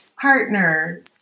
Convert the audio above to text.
partner